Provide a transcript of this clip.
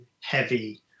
heavy